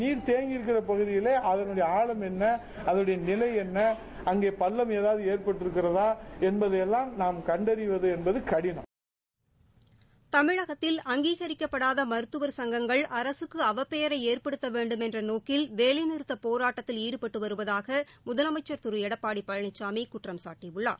நீர் தேங்கியருக்கிற பகுதிகளிலே அதன் அழம் என்ன அதன் நிலை என்ன அதில் பள்ளம் எதாவது எற்பட்டிருக்கிறதா என்பதையெல்லாம் நாம் கண்டறிவது என்பது கடினம் தமிழகத்தில் அங்கீகரிக்கப்படாத மருத்துவர் சங்கங்கள் அரசுக்கு அவப்பெயரை ஏற்படுத்த வேண்டும் என்ற நோக்கில் வேலைநிறுத்தப் போராட்டத்தில் ஈடுபட்டு வருவதாக முதலமைச்சர் திரு எடப்பாடி பழனிசாமி குற்றம் சாட்டியுள்ளார்